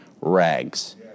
rags